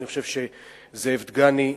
אני חושב שזאב דגני,